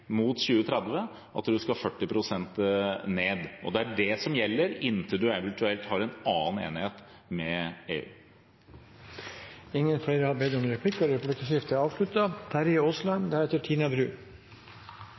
mot 2030, at vi skal 40 pst. ned. Det er det som gjelder inntil en eventuelt får en annen enighet med EU. Replikkordskiftet er